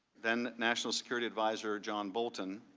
then national security advisor john bolton,